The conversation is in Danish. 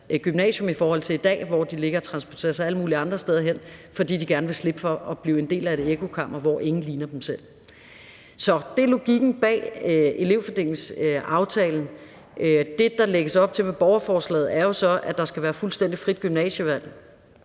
gymnasium i forhold til i dag, hvor de ligger og transporterer sig alle mulige andre steder hen, fordi de gerne vil slippe for at blive en del af et ekkokammer, hvor ingen ligner dem. Så det er logikken bag elevfordelingsaftalen. Det, der lægges op til med borgerforslaget, er jo så, at der skal være fuldstændig frit gymnasievalg.